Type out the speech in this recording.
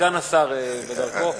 סגן השר בדרכו.